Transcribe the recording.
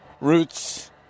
roots